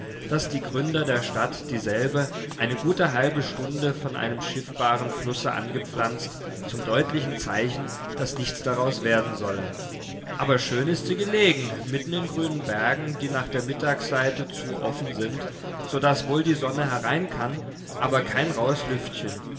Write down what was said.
daß die gründer der stadt dieselbe eine gute halbe stunde von einem schiffbaren flusse angepflanzt zum deutlichen zeichen daß nichts daraus werden solle aber schön ist sie gelegen mitten in grünen bergen die nach der mittagseite zu offen sind so daß wohl die sonne herein kann aber kein rauhes lüftchen